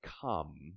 come